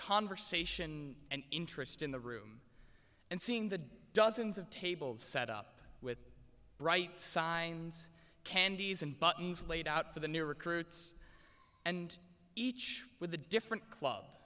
conversation and interest in the room and seeing the dozens of tables set up with bright signs candies and buttons laid out for the new recruits and each with a different club